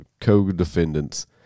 co-defendants